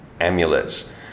amulets